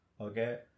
Okay